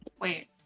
Wait